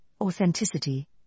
authenticity